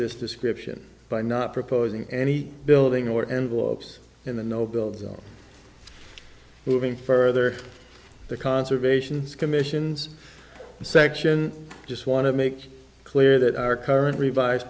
this description by not proposing any building or envelopes in the no build zone moving further the conservations commission's section just want to make clear that our current revise